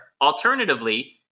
alternatively